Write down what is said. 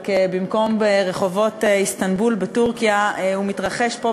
רק במקום ברחובות איסטנבול בטורקיה הוא מתרחש פה,